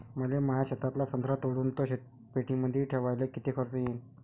मले माया शेतातला संत्रा तोडून तो शीतपेटीमंदी ठेवायले किती खर्च येईन?